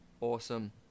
Awesome